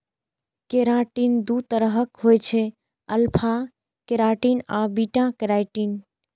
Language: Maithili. केराटिन दू तरहक होइ छै, अल्फा केराटिन आ बीटा केराटिन